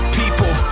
people